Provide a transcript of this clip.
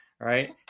right